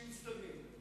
60 שרים.